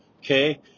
Okay